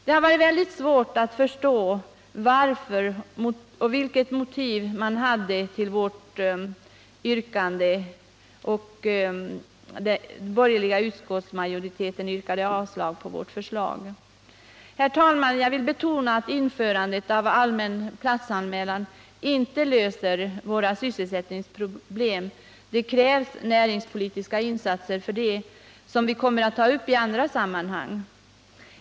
Det har varit svårt att förstå vilket motiv den borgerliga utskottsmajoriteten hade för att yrka avslag på vårt förslag. Herr talman! Jag vill betona att införandet av allmän platsanmälan inte löser våra sysselsättningsproblem. För detta krävs näringspolitiska insatser. Vi kommer att ta upp krav på sådana i andra sammanhang.